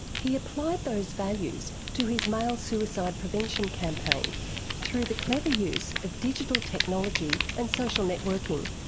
he applied those values to his male suicide prevention campaign through the clever use of digital technology and social networking.